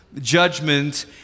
judgment